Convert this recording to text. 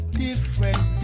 different